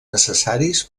necessaris